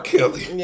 Kelly